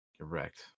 Correct